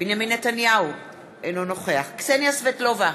בנימין נתניהו, אינו נוכח קסניה סבטלובה,